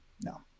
No